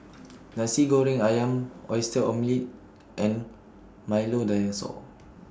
Nasi Goreng Ayam Oyster Omelette and Milo Dinosaur